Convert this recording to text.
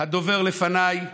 הדובר לפניי,